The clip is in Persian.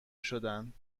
شدند